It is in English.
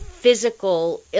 physical